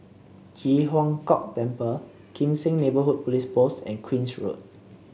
Ji Huang Kok Temple Kim Seng Neighbourhood Police Post and Queen's Road